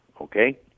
okay